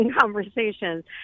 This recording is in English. conversations